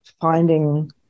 finding